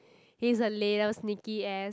he's a little sneaky ass